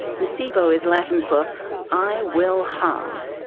nocebo is latin for i will harm.